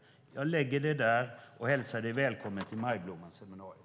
Jag lägger den i din talarstol och hälsar dig välkommen till Majblommans seminarium.